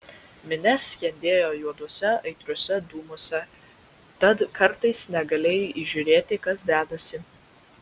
minia skendėjo juoduose aitriuose dūmuose tad kartais negalėjai įžiūrėti kas dedasi